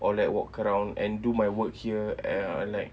or like walk around and do my work here or like